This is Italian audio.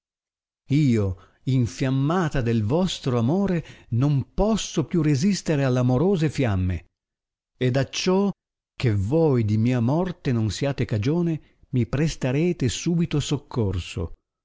io infiammata del vostro amore non posso più resistere all amorose fiamme ed acciò che voi di mia morte non siate cagione mi prestarete subito soccorso